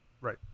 right